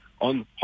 on